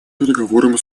переговорам